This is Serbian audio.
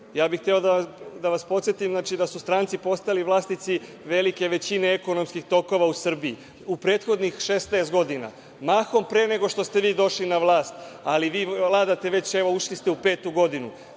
Ja bih hteo da vas podsetim da su stranci postali vlasnici velike većine ekonomskih tokova u Srbiji.U prethodnih 16 godina, mahom pre nego što ste vi došli na vlast, ali vi vladate već evo ušli ste u petu godinu,